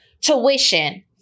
tuition